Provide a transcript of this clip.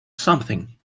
something